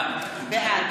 בעד